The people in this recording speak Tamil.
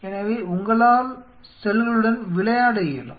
எனவே உங்களால் செல்களுடன் விளையாட இயலும்